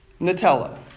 Nutella